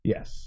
Yes